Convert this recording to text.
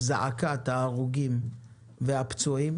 זעקת ההרוגים והפצועים